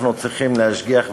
אנחנו צריכים להשגיח ולהיזהר,